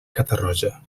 catarroja